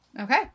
Okay